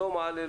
שלא מעלה,